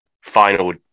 final